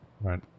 Right